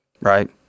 right